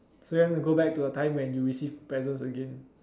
so you want to go back to a time when you receive presents again